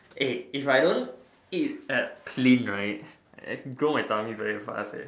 eh if I don't eat it clean right grow my tummy very fast eh